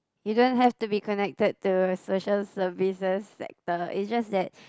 you don't have to be connected to a social services sector is just that